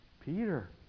Peter